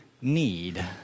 need